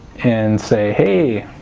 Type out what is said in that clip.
and say hey